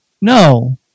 No